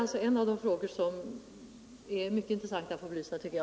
Detta är en av de frågor som det vore mycket intressant att få belysta.